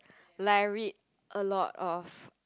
like I read a lot of